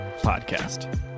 Podcast